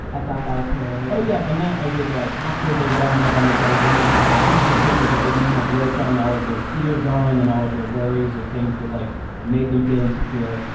thought that was hillary oh, yeah. and that i did like after they rub mud on each other. then they got like pieces of paper that they didn't like, wrote down all of their fears on and all of their worries or things that like made them feel insecure.